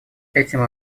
этим